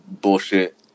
bullshit